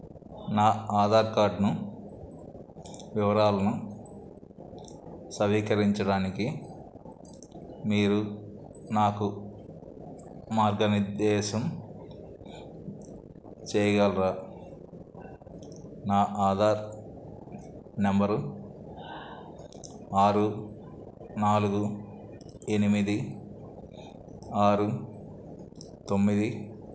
నా ఆధార్ కార్డ్ను వివరాలను నవీకరించడానికి మీరు నాకు మార్గనిర్ధేశం చేయగలరా నా ఆధార్ నంబరు ఆరు నాలుగు ఎనిమిది ఆరు తొమ్మిది